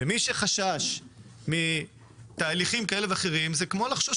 מי שחושש מתהליכים כאלה ואחרים, זה כמו לחשוש